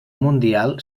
mundial